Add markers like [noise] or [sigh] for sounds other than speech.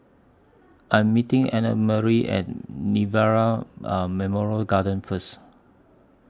I Am meeting Annamarie At Nirvana [hesitation] Memorial Garden First